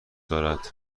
دارد